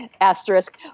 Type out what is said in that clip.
asterisk